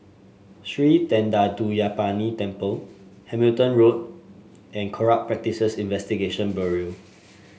Sri Thendayuthapani Temple Hamilton Road and Corrupt Practices Investigation Bureau